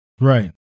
right